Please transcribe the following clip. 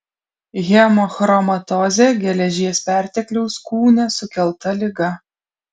hemochromatozė geležies pertekliaus kūne sukelta liga